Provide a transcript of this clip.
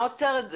מה עוצר את זה?